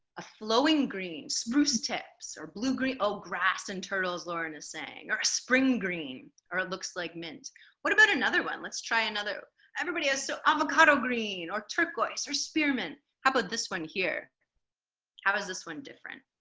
a flowing green spruce tips or blue green ah grass and turtles lauren is saying our spring green or it looks like mint what about another one let's try another everybody so i'm a coddled green or turquoise or spearmint how about this one here how is this one different